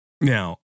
Now